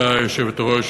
גברתי היושבת-ראש,